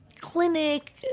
clinic